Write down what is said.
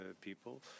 people